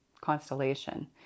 constellation